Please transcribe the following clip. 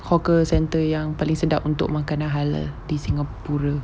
hawker centre yang paling sedap untuk makanan halal di singapura